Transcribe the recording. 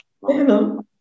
Hello